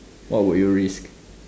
what would you risk